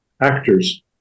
actors